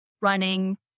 running